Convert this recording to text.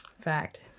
Fact